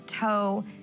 toe